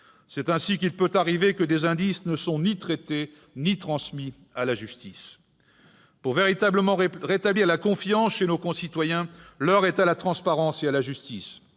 C'est ainsi qu'il peut arriver que des indices ne soient ni traités ni transmis à la justice. Pour véritablement rétablir la confiance chez nos concitoyens, l'heure est à la transparence et à la justice.